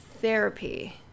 therapy